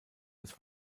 des